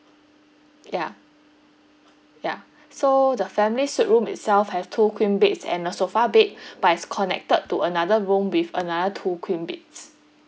ya ya so the family suite room itself have two queen beds and a sofa bed but it's connected to another room with another two queen beds